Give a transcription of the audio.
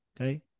Okay